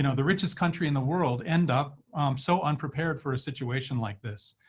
you know the richest country in the world, end up so unprepared for a situation like this?